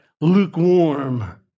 lukewarm